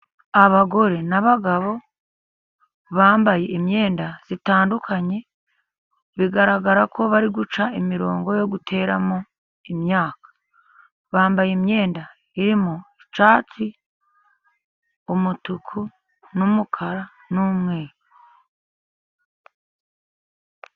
Abagore n'abagabo bambaye imyenda itandukanye bigaragara ko bari guca imirongo yo guteramo imyaka, bambaye imyenda irimo icyatsi, umutuku, n'umukara n'umweru.